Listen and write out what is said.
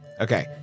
Okay